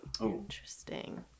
Interesting